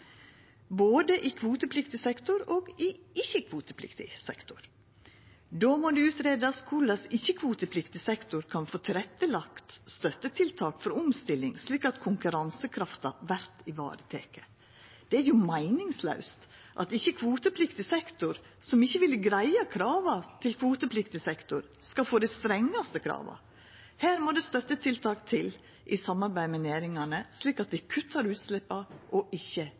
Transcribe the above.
både i kvotepliktig sektor og i ikkje-kvotepliktig sektor. Då må det greiast ut korleis ikkje-kvotepliktig sektor kan få tilrettelagt støttetiltak for omstilling slik at konkurransekrafta vert vareteken. Det er jo meiningslaust at ikkje-kvotepliktig sektor, som ikkje ville greia krava til kvotepliktig sektor, skal få dei strengaste krava. Her må det støttetiltak til, i samarbeid med næringane, slik at dei kuttar utsleppa og ikkje